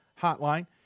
hotline